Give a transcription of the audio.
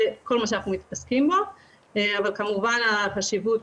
זה כל מה שאנחנו מתעסקים בו אבל כמובן החשיבות